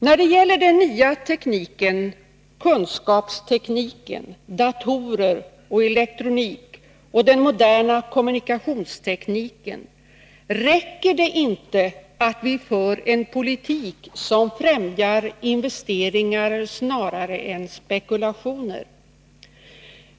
När det gäller den nya tekniken — kunskapstekniken avseende datorer och elektronik och den moderna kommunikationstekniken — räcker det inte att vi för en politik som främjar investeringar snarare än spekulationer.